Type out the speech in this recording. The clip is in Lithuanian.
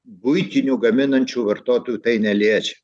buitinių gaminančių vartotojų tai neliečia